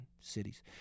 cities